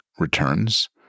returns